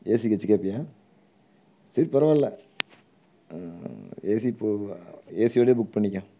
ஏசிக்சி ஏதாச்சு கேட்பியா சரி பரவாயில்ல ஏசி போ ஏசியோடயே புக் பண்ணிக்க